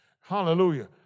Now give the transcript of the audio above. Hallelujah